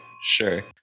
Sure